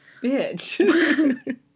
Bitch